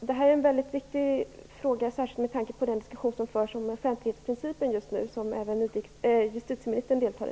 Det här är en väldigt viktig fråga, särskilt med tanke på den diskussion om offentlighetsprincipen som förs just nu och som även justitieministern deltar i.